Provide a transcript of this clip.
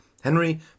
Henry